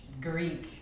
Greek